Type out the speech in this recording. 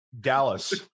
Dallas